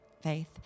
faith